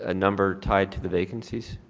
ah number tied to the vacancies?